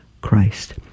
Christ